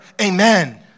Amen